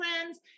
friends